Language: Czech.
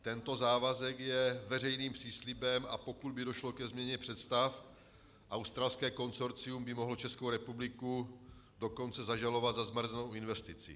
Tento závazek je veřejným příslibem, a pokud by došlo ke změně představ, australské konsorcium by mohlo Českou republiku dokonce zažalovat za zmařenou investici.